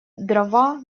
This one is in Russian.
дрова